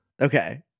Okay